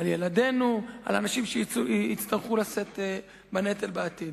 על ילדינו, על אנשים שיצטרכו לשאת בנטל בעתיד.